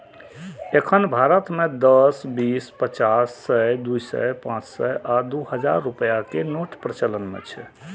एखन भारत मे दस, बीस, पचास, सय, दू सय, पांच सय आ दू हजार रुपैया के नोट प्रचलन मे छै